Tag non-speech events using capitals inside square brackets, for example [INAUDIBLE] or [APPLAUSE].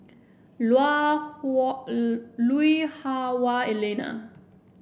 [UNINTELLIGIBLE] Hua [UNINTELLIGIBLE] Lui Hah Wah Elena